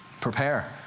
prepare